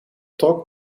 trok